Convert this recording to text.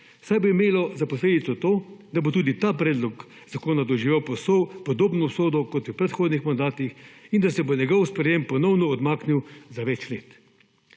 saj bi imelo za posledico to, da bo tudi ta predlog zakona doživel podobno usodo kot v predhodnih mandatih in da se bo njegov sprejem ponovno odmaknil za več let.